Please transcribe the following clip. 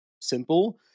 simple